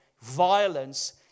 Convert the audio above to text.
violence